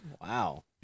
Wow